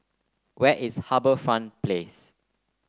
where is HarbourFront Place